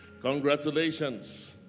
Congratulations